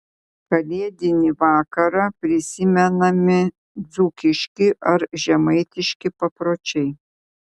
kalėdinį vakarą prisimenami dzūkiški ar žemaitiški papročiai